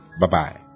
Bye-bye